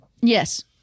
Yes